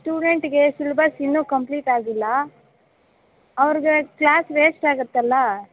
ಸ್ಟೂಡೆಂಟ್ಗೆ syllabus ಇನ್ನೂ complete ಆಗಿಲ್ಲ ಅವ್ರಿಗೆ ಕ್ಲಾಸ್ ವೇಸ್ಟ್ ಆಗುತ್ತಲ್ಲ